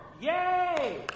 Yay